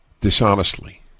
dishonestly